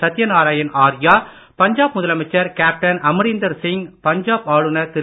சத்ய நாராயண் ஆர்யா பஞ்சாப் முதலமைச்சர் கேப்டன் அமரீந்தர் சிங் பஞ்சாப் ஆளுநர் திரு